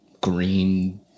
green